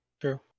True